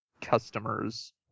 customers